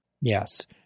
Yes